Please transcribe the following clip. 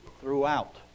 throughout